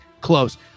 close